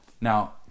Now